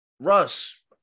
Russ